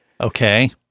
Okay